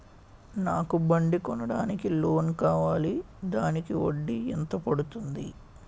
నాకు బండి కొనడానికి లోన్ కావాలిదానికి వడ్డీ ఎంత పడుతుంది?